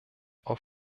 auf